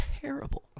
terrible